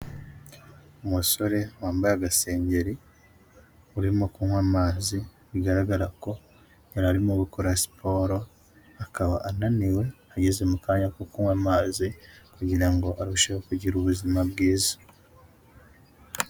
Umusore wambaye agasengengeri urimo kunywa amazi bigaragara ko yararimo gukora siporo akaba ananiwe ageze mukanyaya ko kunywa amazi kugira ngo arusheho kugira ubuzima bwiza.